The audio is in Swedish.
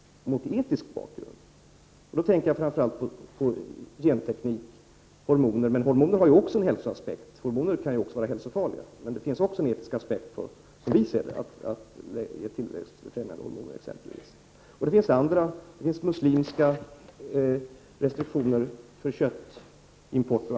Jag tänker, som sagt, framför allt på genteknik och hormonbehandling. Hormoner har i och för sig också hälsoaspekter, och de kan vara hälsofarliga. Som vi ser det finns det också en etisk aspekt på att det tillsätts främmande hormoner. Det finns t.ex. även muslimska restriktioner mot köttimport.